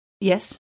Yes